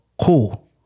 Cool